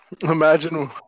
Imagine